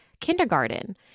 kindergarten